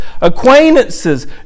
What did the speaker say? Acquaintances